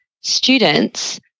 students